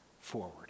forward